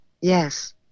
yes